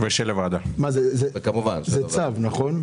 זה צו, נכון?